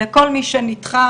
לכל מי שנדחה,